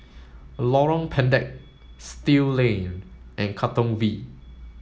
Lorong Pendek Still Lane and Katong V